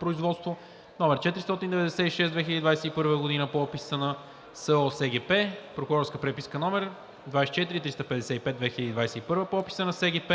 производство № 496/2021 г. по описа на СО – СГП, прокурорска преписка № 24355/2021 г. по описа на СГП,